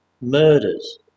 murders